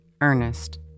Ernest